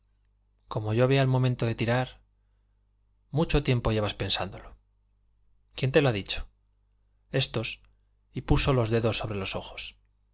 como yo vea el momento de tirar mucho tiempo llevas pensándolo quién te lo ha dicho estos y puso los dedos sobre los ojos